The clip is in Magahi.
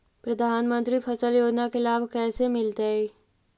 प्रधानमंत्री फसल योजना के लाभ कैसे मिलतै?